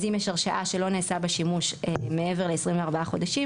אז אם יש הרשאה שלא נעשה בה שימוש מעבר ל-24 חודשים,